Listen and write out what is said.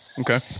Okay